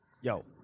Yo